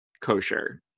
kosher